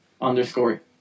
underscore